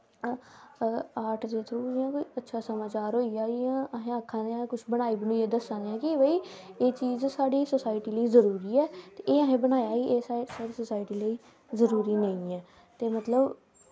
art दे थरू इयां कि अच्छा समाचार होईया जियां अस आक्खा देआं कुछ बनाई बनुईयै दस्सां दे आं कि भाई एह् चीज़ साढ़ी सोसाईटी लेई जरूरी ऐ ते एहे असैं बनाया ई एह् साढ़ी सोसाईटी लेई जरूरी नेंई ऐ ते मतलव